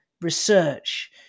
research